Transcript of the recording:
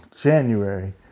January